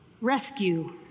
rescue